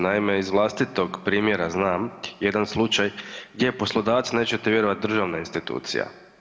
Naime, iz vlastitog primjera znam jedan slučaj gdje je poslodavac nećete vjerovati državna institucija.